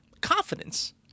confidence